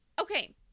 okay